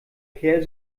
kerl